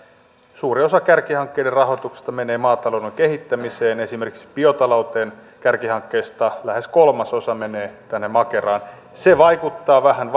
suuri osa kärkihankkeiden rahoituksesta menee maatalouden kehittämiseen esimerkiksi biotalouden kärkihankkeesta lähes kolmasosa menee tänne makeraan se vaikuttaa vähän